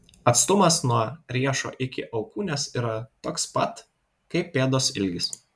atstumas nuo riešo iki alkūnės yra toks pat kaip pėdos ilgis